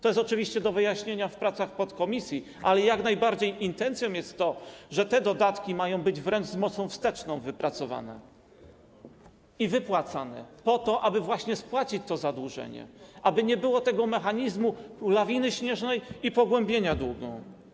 To jest oczywiście do wyjaśnienia w pracach podkomisji, ale jak najbardziej intencją jest to, że te dodatki mają być wypracowane tak, że wręcz z mocą wsteczną będą wypłacane, po to aby właśnie spłacić to zadłużenie, aby nie było tego mechanizmu lawiny śnieżnej i pogłębienia długu.